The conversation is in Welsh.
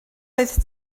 oedd